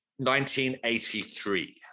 1983